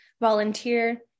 volunteer